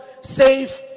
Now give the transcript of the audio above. safe